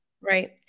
Right